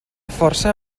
força